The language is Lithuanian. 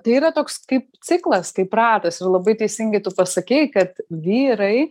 tai yra toks kaip ciklas kaip ratas ir labai teisingai tu pasakei kad vyrai